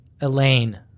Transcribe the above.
Elaine